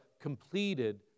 completed